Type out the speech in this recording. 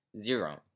Zero